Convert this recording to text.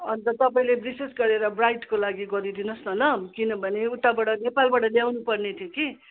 अन्त तपाईँले विशेष गरेर ब्राइडको लागि गरिदिनु होस् न ल किनभने उताबाट नेपालबाट ल्याउनु पर्ने थियो कि